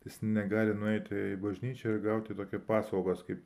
jis negali nueiti į bažnyčią ir gauti tokią paslaugas kaip